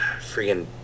Freaking